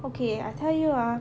okay I tell you ah